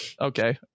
okay